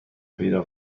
پیدا